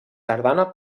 tardana